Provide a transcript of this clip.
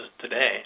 today